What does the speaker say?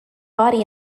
body